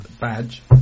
badge